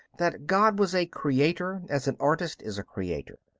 that god was a creator, as an artist is a creator.